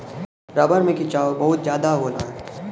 rubber में खिंचाव बहुत जादा होला